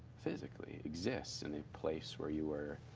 physically exist, in a place where you are